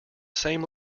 same